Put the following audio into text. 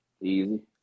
Easy